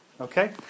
okay